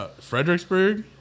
Fredericksburg